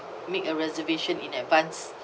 make a reservation in advance